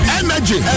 energy